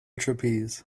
trapeze